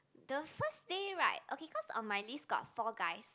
the first day right okay cause on my list got four guys